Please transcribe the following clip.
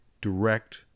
direct